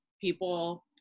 people